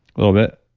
a little bit.